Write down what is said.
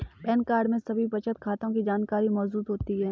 pan card में सभी बचत खातों की जानकारी मौजूद होती है